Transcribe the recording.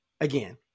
again